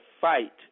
fight